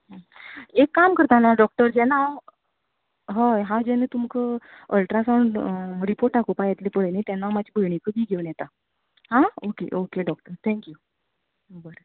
एक काम करता नाजाल्यार डोक्टर जेन्ना हांव हय हांव जेन्ना तुमका अल्ट्रासावन्ड रिपोर्ट दाखोवपाक येतलें पय न्ही तेन्ना हांव म्हाज्या भयणीकूय बी घेवन येतां आं ओके ओके डोक्टर थँक्यू बरें